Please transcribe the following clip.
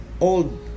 old